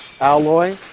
alloy